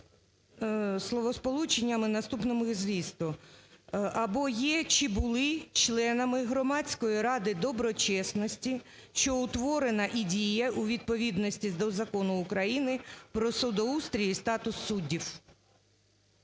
словосполученнями наступного змісту: "або є, чи були членами Громадської ради доброчесності, що утворена і діє у відповідності до Закону України "Про судоустрій і статус суддів".